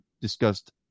discussed